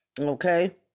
Okay